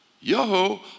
Yo-ho